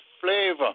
flavor